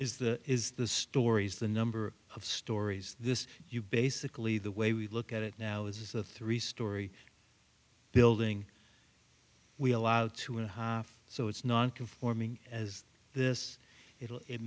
is the is the stories the number of stories this you basically the way we look at it now is the three story building we allow two and a half so it's non conforming as this